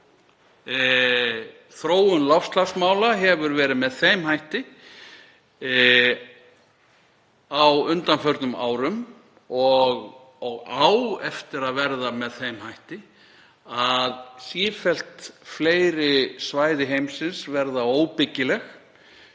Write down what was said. Þróun loftslagsmála hefur verið með þeim hætti á undanförnum árum, og á eftir að verða með þeim hætti, að sífellt fleiri svæði heimsins verða óbyggileg,